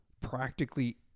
practically